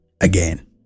again